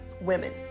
women